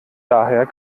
daher